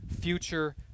future